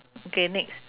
okay next